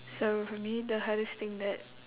so for me the hardest thing that